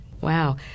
Wow